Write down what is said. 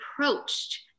approached